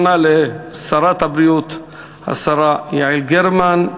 השרה יעל גרמן,